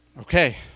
Okay